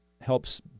helps